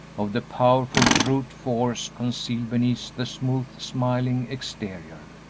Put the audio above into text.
of the powerful brute force concealed beneath the smooth, smiling exterior.